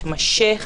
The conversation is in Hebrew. מתמשך,